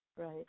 Right